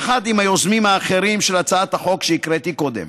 יחד עם היוזמים האחרים של הצעת החוק שהקראתי קודם,